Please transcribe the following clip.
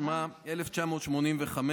התשמ"ה 1985,